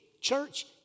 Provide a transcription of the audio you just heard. church